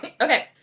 Okay